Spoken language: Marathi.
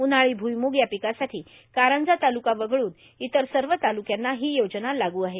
उन्हाळी भुईमुग या र्पिकासाठी कारंजा तालुका वगळून इतर सव तालुक्यांना हो योजना लागू आहे